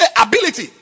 ability